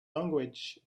language